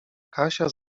kasia